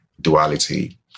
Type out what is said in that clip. duality